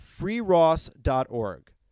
FreeRoss.org